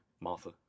Martha